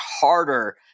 harder